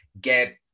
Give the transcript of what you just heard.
get